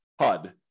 HUD